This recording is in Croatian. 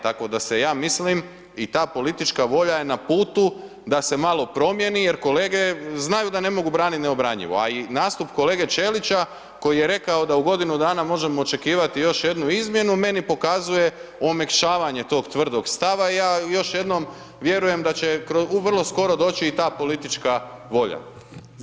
Tako da se ja mislim i ta politička volja je na putu da se malo promijeni jer kolege znaju da ne mogu braniti neobranjivo, a i nastup kolege Ćelića koji je rekao da u godinu dana možemo očekivati još jednu izmjenu meni pokazuje omekšavanje tog tvrdog stava i ja još jednom vjerujem da će u vrlo skoro doći i ta politička volja.